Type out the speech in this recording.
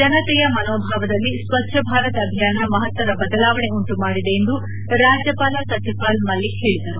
ಜನತೆಯ ಮನೋಭಾವದಲ್ಲಿ ಸ್ವಚ್ಛ ಭಾರತ್ ಅಭಿಯಾನ ಮಹತ್ತರ ಬದಲಾವಣೆ ಉಂಟು ಮಾಡಿದೆ ಎಂದು ರಾಜ್ಯಪಾಲ ಸತ್ಯಪಾಲ್ ಮಲ್ಲಿಕ್ ಹೇಳಿದರು